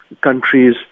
countries